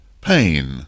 pain